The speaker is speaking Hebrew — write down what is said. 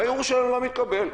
והערעור שלהם לא מתקבל.